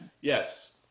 yes